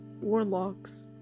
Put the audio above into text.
warlocks